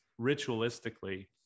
ritualistically